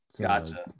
Gotcha